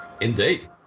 Indeed